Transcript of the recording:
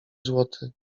złoty